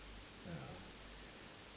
ya